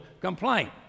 complaint